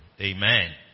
Amen